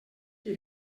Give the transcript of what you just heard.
qui